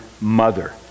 mother